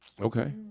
Okay